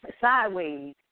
sideways